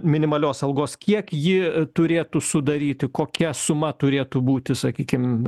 minimalios algos kiek ji turėtų sudaryti kokia suma turėtų būti sakykim